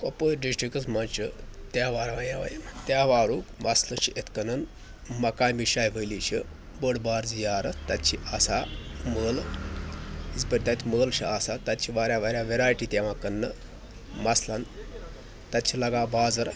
کۄپوٲرۍ ڈِسٹِرٛکَس منٛز چھِ تہوار تہوارُک مَسلہٕ چھِ یِتھ کٔنۍ مقامِ شاہِ ولی چھِ بٔڑ بار زِیارت تَتہِ چھِ آسان مٲلہٕ یِتھ پٲٹھۍ تَتہِ مٲلہٕ چھُ آسان تَتہِ چھِ واریاہ واریاہ وٮ۪رایٹی تہِ یوان کٕنٛنہٕ مثلاً تَتہِ چھِ لَگان بازر